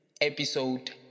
Episode